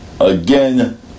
Again